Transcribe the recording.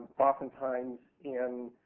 oftentimes, in